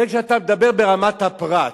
זה כשאתה מדבר ברמת הפרט.